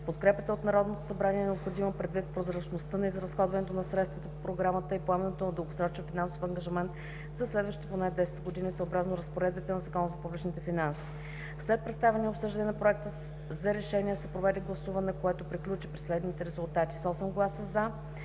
Подкрепата от Народното събрание е необходима предвид прозрачността на изразходването на средства по програмата и поемането на дългосрочен финансов ангажимент за следващите поне 10 години, съобразно разпоредбите на Закона за публичните финанси. След представяне и обсъждане на проекта за решение се проведе гласуване, което приключи при следните резултати: с 8 гласа „за“,